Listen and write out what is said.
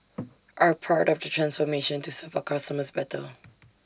are part of the transformation to serve our customers better